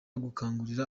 gukangurira